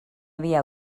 havia